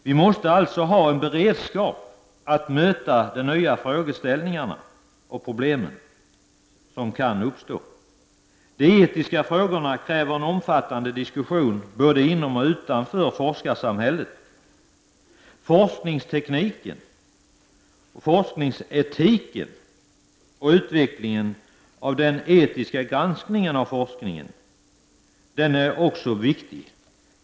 Vi måste alltså ha en beredskap för att möta de nya frågeställningar och problem som kan uppstå. De etiska frågorna kräver en omfattande diskussion både inom och utom forskarsamhället. Även forskningstekniken och forskningsetiken och utvecklingen av den etiska granskningen av forskningen är viktiga områden.